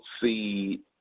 see